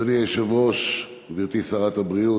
אדוני היושב-ראש, גברתי שרת הבריאות,